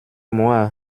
moi